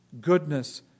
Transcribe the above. goodness